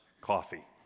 coffee